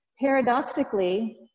Paradoxically